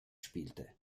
spielte